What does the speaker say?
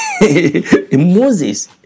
Moses